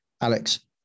Alex